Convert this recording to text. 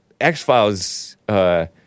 X-Files